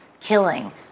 killing